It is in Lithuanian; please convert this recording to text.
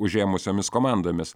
užėmusiomis komandomis